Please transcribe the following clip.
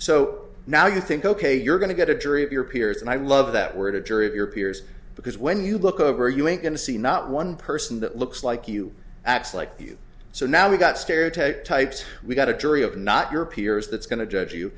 so now you think ok you're going to get a jury of your peers and i love that word a jury of your peers because when you look over you ain't going to see not one person that looks like you acts like you so now we've got stereotyped types we've got a jury of not your peers that's going to judge you